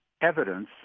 evidence